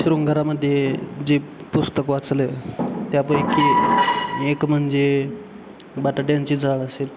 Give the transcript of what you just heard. शृंगारामध्ये जे पुस्तक वाचलं आहे त्यापैकी एक म्हणजे बटाट्याची चाळ असेल